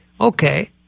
Okay